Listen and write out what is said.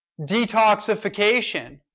Detoxification